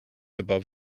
above